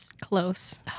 Close